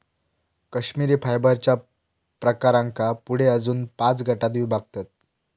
कश्मिरी फायबरच्या प्रकारांका पुढे अजून पाच गटांत विभागतत